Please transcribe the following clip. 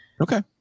Okay